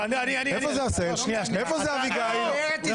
איפה זה אביגיל?